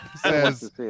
says